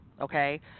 okay